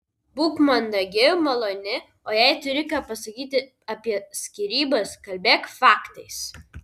būk mandagi maloni o jei turi ką pasakyti apie skyrybas kalbėk faktais